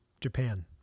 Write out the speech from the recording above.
Japan